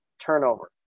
turnover